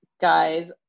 guys